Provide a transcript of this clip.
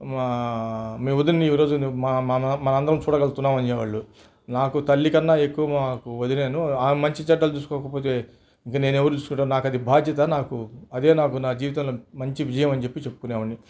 మా మీ వదిన్ని ఈ రోజు మా మా మన అందరం చూడగలుగుతున్నాం అనేవాళ్ళు నాకు తల్లి కన్నా ఎక్కువ మాకు వదినే ఆమె మంచి చెడ్డలు చూసుకోకపోతే ఇంక నేనెవరిని చూసుకుంటా నాకు అది భాద్యత నాకూ అదే నాకు నా జీవితంలో మంచి విజయం అని చెప్పి చెప్పుకునే వాడిని